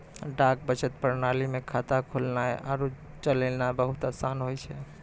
डाक बचत प्रणाली मे खाता खोलनाय आरु चलैनाय बहुते असान होय छै